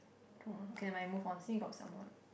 okay nevermind move on see if got some more or not